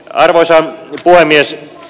arvoisa puhemies